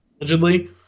Allegedly